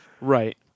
Right